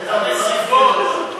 אילצו אותי.